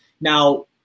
Now